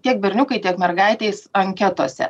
tiek berniukai tiek mergaitės anketose